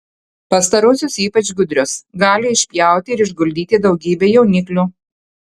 pastarosios ypač gudrios gali išpjauti ir išguldyti daugybę jauniklių